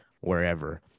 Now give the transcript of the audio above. wherever